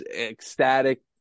ecstatic